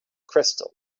crystal